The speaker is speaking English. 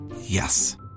Yes